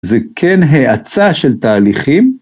זה כן האצה של תהליכים